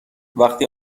وقتی